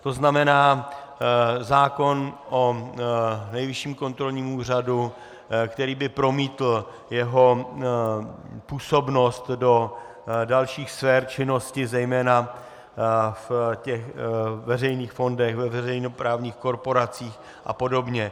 To znamená, zákon o Nejvyšším kontrolním úřadu, který by promítl jeho působnost do dalších sfér činnosti, zejména ve veřejných fondech, ve veřejnoprávních korporacích apod.